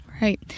Right